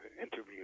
interview